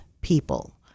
people